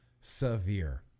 severe